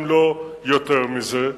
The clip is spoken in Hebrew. אם לא יותר מזה,